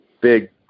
big